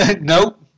Nope